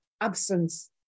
absence